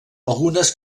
algunes